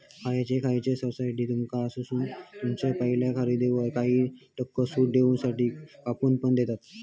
खयचे खयचे साइट्स तुमका थयसून तुमच्या पहिल्या खरेदीवर काही टक्के सूट देऊसाठी कूपन पण देतत